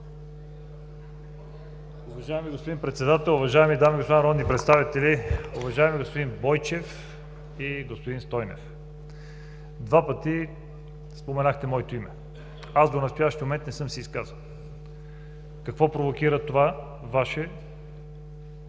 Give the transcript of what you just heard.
Уважаеми господин Председател, уважаеми дами и господа народни представители! Уважаеми господин Бойчев и господин Стойнев, два пъти споменахте моето име. Аз до настоящия момент не съм се изказвал. Какво провокира това Ваше